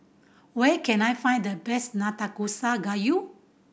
where can I find the best Nanakusa Gayu